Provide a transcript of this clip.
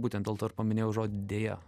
būtent dėl to ir paminėjau žodį deja